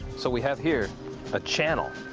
so we have here a channel,